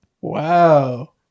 wow